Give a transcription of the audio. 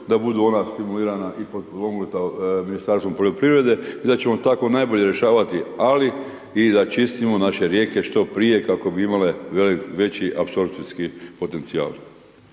da budu ona stimulirana i potpomognuta Ministarstvom poljoprivrede i da ćemo tako najbolje rješavati ali i da čistimo naše rijeke što prije kako bi imale veći apsorpcijski potencijal.